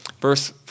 Verse